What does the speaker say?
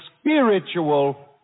spiritual